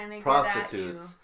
prostitutes